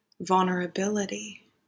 vulnerability